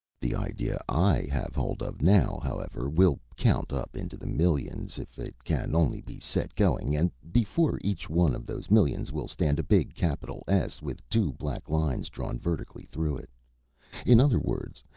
the idea i have hold of now, however, will count up into the millions if it can only be set going, and before each one of those millions will stand a big capital s with two black lines drawn vertically through it in other words,